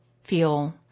feel